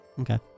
Okay